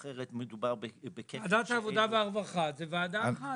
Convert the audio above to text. אחרת מדובר בכפל --- ועדת העבודה והרווחה היא ועדה אחת.